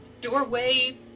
doorway